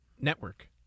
network